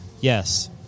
Yes